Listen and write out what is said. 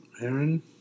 Aaron